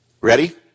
Ready